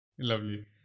Lovely